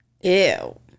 ew